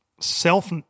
self